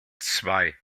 zwei